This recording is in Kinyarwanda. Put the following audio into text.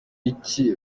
iki